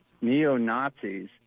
neo-nazis